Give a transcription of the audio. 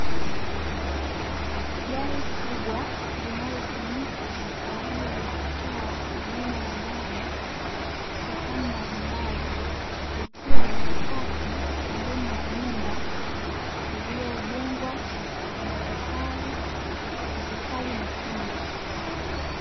Gari kubwa linalotumika kwa ajili ya kutoa huduma ya maji sehemu mbalimbali, likiwa limepaki pembeni ya nyumba iliyojengwa kwa mafotali mekundu.